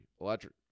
Electric